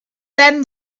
then